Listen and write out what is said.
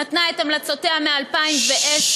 ונתנה את המלצותיה ב-2010.